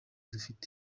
dufite